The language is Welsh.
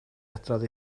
adrodd